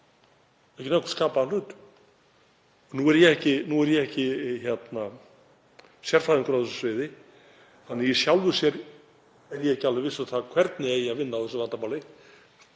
ekki nokkurn skapaðan hlut. Nú er ég ekki sérfræðingur á þessu sviði þannig að í sjálfu sér er ég ekki alveg viss um það hvernig eigi að vinna á þessu vandamáli.